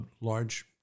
large